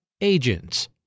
Agents